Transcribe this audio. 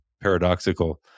paradoxical